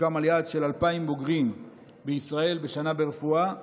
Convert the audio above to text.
הוסכם על יעד של 2,000 בוגרים בשנה ברפואה בישראל.